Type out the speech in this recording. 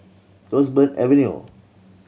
Roseburn Avenue